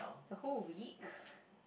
the whole week